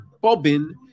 Bobbin